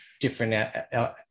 different